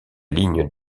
ligne